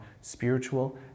spiritual